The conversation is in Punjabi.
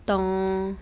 ਤੋਂ